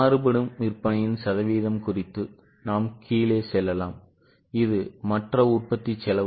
மாறுபடும் விற்பனையின் சதவீதம் குறித்து நாம் கீழே செல்லலாம் இது மற்ற உற்பத்தி செலவு